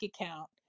account